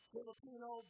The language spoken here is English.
Filipino